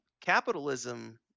capitalism